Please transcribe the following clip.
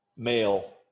Male